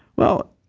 well,